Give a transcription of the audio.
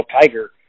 Tiger